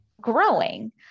growing